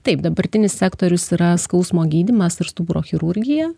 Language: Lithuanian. taip dabartinis sektorius yra skausmo gydymas ir stuburo chirurgija